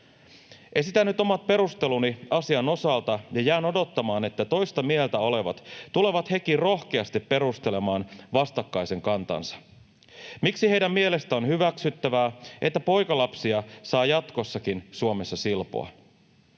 Esitän nyt omat perusteluni asian osalta ja jään odottamaan, että toista mieltä olevat tulevat heti rohkeasti perustelemaan vastakkaisen kantansa, että miksi heidän mielestään on hyväksyttävää, että poikalapsia saa jatkossakin Suomessa silpoa.